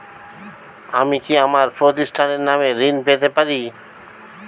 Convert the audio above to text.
আমি কি আমার প্রতিষ্ঠানের নামে ঋণ পেতে পারি?